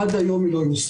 עד היום היא לא יושמה.